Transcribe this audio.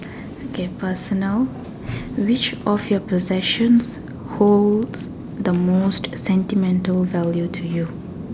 okay personal which of you possession hold the most sentimental value to you